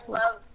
love